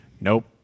Nope